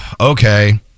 Okay